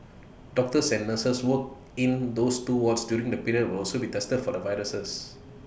doctors and nurses work in those two wards during the period will also be tested for the virus